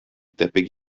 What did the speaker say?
debyg